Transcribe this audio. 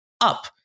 up